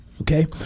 Okay